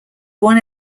one